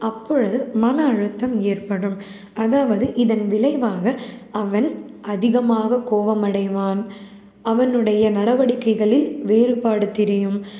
அப்பொழுது மன அழுத்தம் ஏற்படும் அதாவது இதன் விளைவாக அவன் அதிகமாக கோவம் அடைவான் அவனுடைய நடவடிக்கைகளில் வேறுபாடு தெரியும்